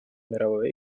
мировой